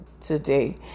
today